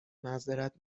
معذرت